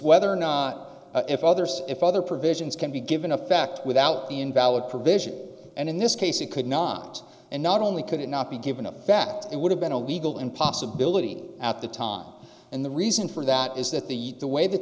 whether or not if other see if other provisions can be given effect without the invalid provision and in this case it could not and not only could it not be given a fact it would have been a legal and possibility at the time and the reason for that is that the the way that